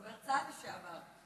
דובר צה"ל לשעבר.